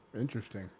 Interesting